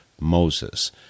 MOSES